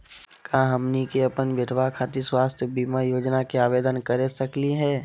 का हमनी के अपन बेटवा खातिर स्वास्थ्य बीमा योजना के आवेदन करे सकली हे?